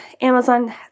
Amazon